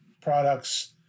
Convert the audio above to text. products